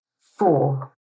four